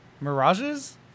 Mirages